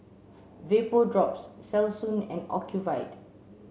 Vapodrops Selsun and Ocuvite